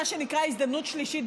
מה שנקרא הזדמנות שלישית,